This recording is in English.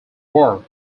work